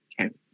Okay